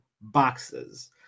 boxes